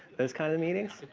those kind of meetings.